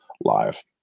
live